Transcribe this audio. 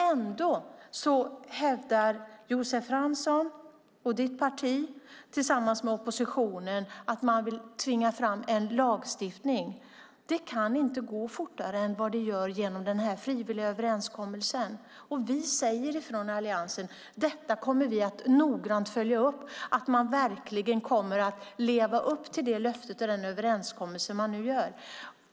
Ändå vill Josef Fransson och hans parti tillsammans med oppositionen tvinga fram en lagstiftning. Det kan inte gå fortare än vad det gör genom den här frivilliga överenskommelsen. Och vi säger från Alliansen: Detta kommer vi att noggrant följa upp, att man verkligen kommer att leva upp till det här löftet och den överenskommelse som man nu gör.